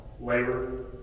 labor